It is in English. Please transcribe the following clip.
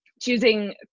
choosing